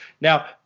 Now